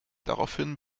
daraufhin